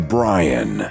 Brian